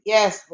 Yes